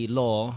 law